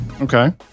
okay